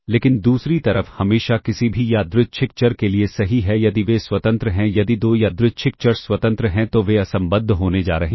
लेकिन दूसरी तरफ हमेशा किसी भी यादृच्छिक चर के लिए सही है यदि वे स्वतंत्र हैं यदि दो यादृच्छिक चर स्वतंत्र हैं तो वे असंबद्ध होने जा रहे हैं